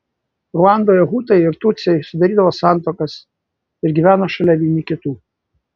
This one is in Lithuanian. ruandoje hutai ir tutsiai sudarydavo santuokas ir gyveno šalia vieni kitų